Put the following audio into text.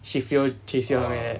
she fail J_C damn bad